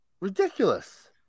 Ridiculous